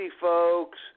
folks